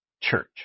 Church